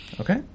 Okay